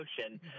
ocean